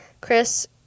Chris